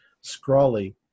scrawly